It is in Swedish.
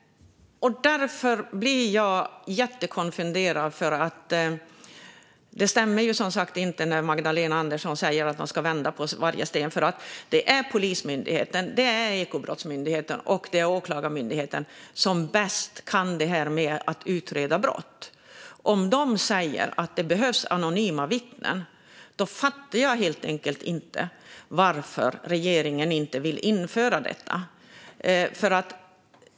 Därför blir jag jättekonfunderad. När Magdalena Andersson säger att man ska vända på varje sten stämmer det som sagt inte. Det är Polismyndigheten, Ekobrottsmyndigheten och Åklagarmyndigheten som bäst kan det här med att utreda brott. Om de säger att det behövs anonyma vittnen fattar jag helt enkelt inte varför regeringen inte vill införa detta.